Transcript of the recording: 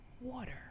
water